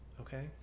Okay